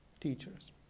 teachers